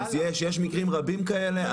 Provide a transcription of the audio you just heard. יש מקרים רבים כאלה.